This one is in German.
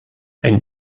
ein